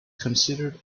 considered